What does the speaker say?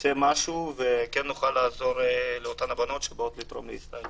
ייצא משהו וכן נוכל לעזור לאותן הבנות שבאות לתרום לישראל.